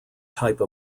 type